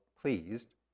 pleased